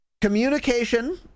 Communication